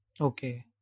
Okay